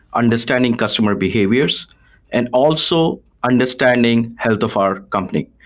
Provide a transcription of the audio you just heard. understanding customer behaviors and also understanding health of our company.